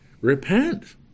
Repent